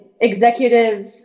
executives